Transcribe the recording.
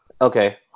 Okay